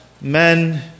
men